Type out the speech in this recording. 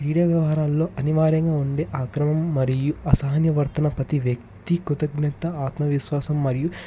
క్రీడా వ్యవహారాల్లో అనివారంగా ఉండే అక్రమం మరియు అసహన్యవర్తనం ప్రతి వ్యక్తి కృతజ్ఞత ఆత్మవిశ్వాసం మరియు